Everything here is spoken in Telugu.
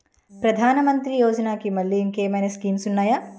ప్రధాన మంత్రి యోజన కి మల్లె ఇంకేమైనా స్కీమ్స్ ఉన్నాయా?